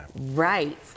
Right